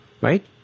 Right